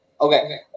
Okay